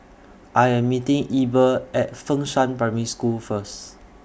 I Am meeting Eber At Fengshan Primary School First